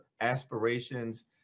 aspirations